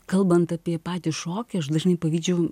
kalbant apie patį šokį aš dažnai pavydžiu